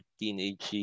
teenage